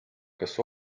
kas